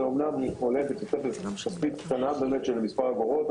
זה אמנם עולה בתוספת כספית קטנה באמת של מספר אגורות,